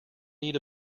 need